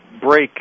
break